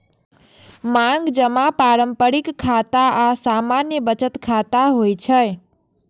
मांग जमा पारंपरिक खाता आ सामान्य बचत खाता होइ छै